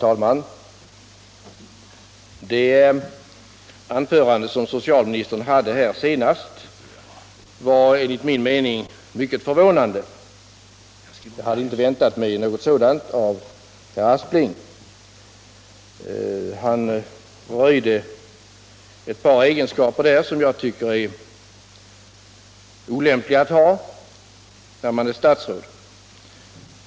Herr talman! Socialministerns senaste anförande var enligt min mening mycket förvånande, och jag hade inte väntat mig något sådant av herr Aspling. Han röjde där ett par egenskaper som jag tycker är olämpliga för ett statsråd.